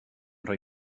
rhoi